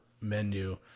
menu